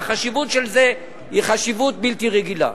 והחשיבות של זה היא חשיבות בלתי רגילה.